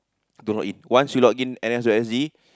don't log in once you log in N_S S_G